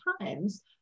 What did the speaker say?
times